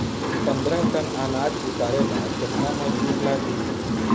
पन्द्रह टन अनाज उतारे ला केतना मजदूर लागी?